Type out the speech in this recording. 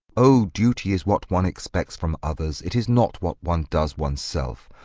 oh, duty is what one expects from others, it is not what one does oneself.